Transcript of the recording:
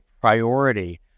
priority